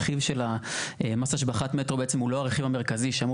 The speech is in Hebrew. רכיב של מס השבחת מטרו בעצם הוא לא הרכיב המרכזי שאמור